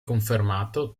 confermato